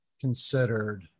considered